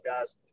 guys